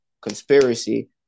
conspiracy